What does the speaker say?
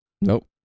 Nope